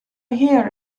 here